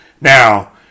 Now